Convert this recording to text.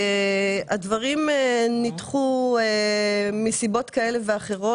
הדברים נדחו מסיבות כאלה ואחרות.